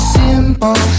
simple